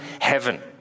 heaven